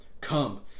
come